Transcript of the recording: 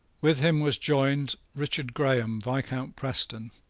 with him was joined richard graham, viscount preston,